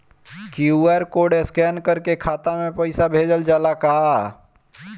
QR code scan करके खाता में पैसा भेजल जाला का?